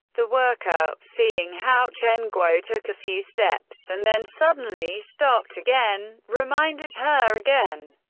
the worker, seeing how chen guo took a few steps and then suddenly stopped again, reminded her again.